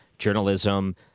Journalism